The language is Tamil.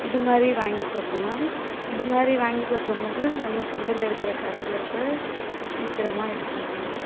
இதுமாதிரி வாங்கி சாப்பிடுவேன் இதுமாதிரி வாங்கி சாப்பிடும் போது நம்ம தொண்டையில் இருக்கிற கரகரப்பு சீக்கிரமாக இது பண்ணலாம்